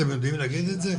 אתם יודעים להגיד את זה?